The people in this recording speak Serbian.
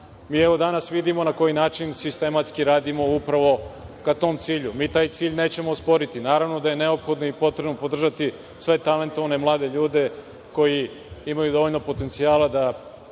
BDP. Danas vidimo na koji način sistematski radimo upravo ka tom cilju. Mi taj cilj nećemo osporiti. Naravno da je neophodno i potrebno podržati sve talentovane mlade ljude koji imaju dovoljno potencija da